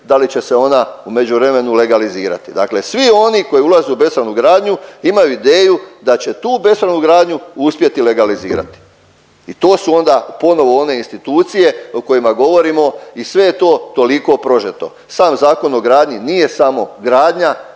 da li će se ona u međuvremenu legalizirati. Dakle svi oni koji ulaze u bespravnu gradnju imaju ideju da će tu bespravnu gradnju uspjeti legalizirati i to su onda ponovno one institucije o kojima govorimo i sve je to toliko prožeto. Sam Zakon o gradnji nije samo gradnja,